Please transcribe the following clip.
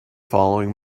following